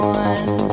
one